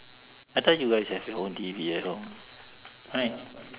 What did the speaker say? I thought you guys have your own T_V at home right